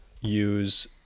use